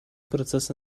процессы